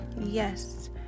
Yes